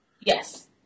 Yes